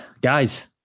guys